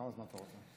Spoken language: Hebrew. כמה זמן אתה רוצה?